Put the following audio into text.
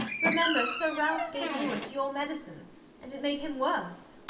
remember, sir ralph gave louis your medicine and it made him worse.